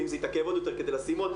אם זה התעכב עוד יותר כדי לשים עוד,